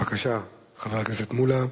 בבקשה, חבר הכנסת מולה.